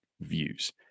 views